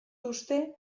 uste